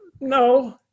no